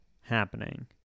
happening